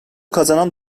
kazanan